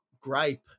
Gripe